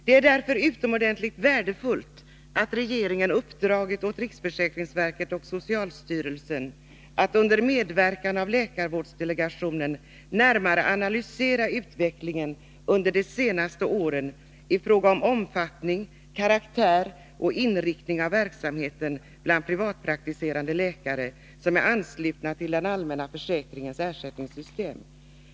Det är därför utomordentligt värdefullt att regeringen uppdragit åt riksförsäkringsverket och socialstyrelsen att under medverkan av läkarvårdsdelegationen närmare analysera utvecklingen under de senaste åren i fråga om omfattning, karaktär och inriktning av verksamheten bland privatpraktiserande läkare som är anslutna till den allmänna försäkringens ersättningssystem.